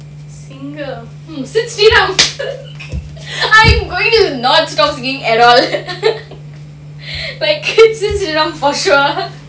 singer sid sriram I'm going nuts like sid sriram for sure